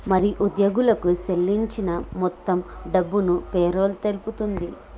మరి ఉద్యోగులకు సేల్లించిన మొత్తం డబ్బును పేరోల్ తెలుపుతుంది